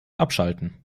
abschalten